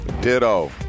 Ditto